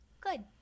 Good